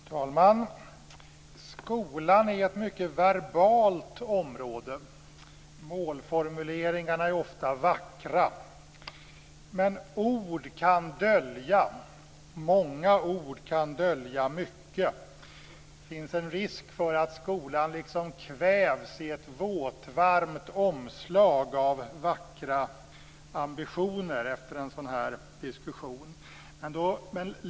Fru talman! Skolan är ett mycket verbalt område. Målformuleringarna är ofta vackra. Men många ord kan dölja mycket. Det finns en risk för att skolan liksom kvävs i ett våtvarmt omslag av vackra ambitioner efter en sådan här diskussion.